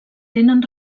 tenen